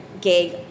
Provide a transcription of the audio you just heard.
gig